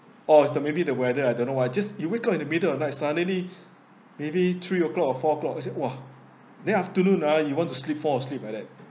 orh it's the maybe the weather I don't know why just you wake up in the middle of night suddenly maybe three o'clock or four o'clock I said !wah! then afternoon ah you want to sleep fall asleep like that